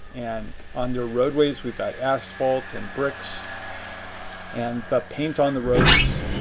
and under roadways, we've got asphalt and bricks and the paint on the roads.